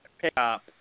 pickup